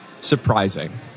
Surprising